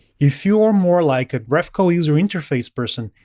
if you are more like a graphical user interface person,